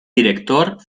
director